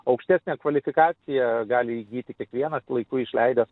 aukštesnę kvalifikaciją gali įgyti kiekvienas laiku išleidęs